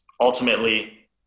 ultimately